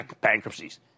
bankruptcies